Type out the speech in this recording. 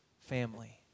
family